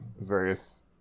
various